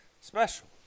special